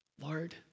Lord